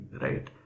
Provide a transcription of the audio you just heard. right